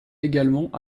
également